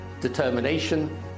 determination